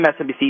MSNBC